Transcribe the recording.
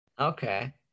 Okay